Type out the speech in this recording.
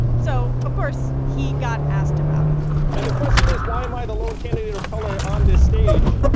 so, of course, he got asked about it and the question is, why am i the lone candidate of color on this stage?